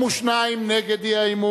16 בעד האי-אמון, 62 נגד האי-אמון,